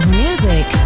music